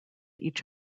each